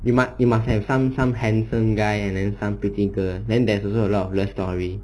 you must you must have some some handsome guy and then some pretty girl then there's also a lot of girl stories